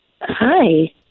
hi